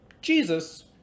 Jesus